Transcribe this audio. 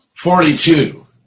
Forty-two